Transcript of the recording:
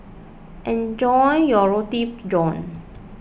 enjoy your Roti John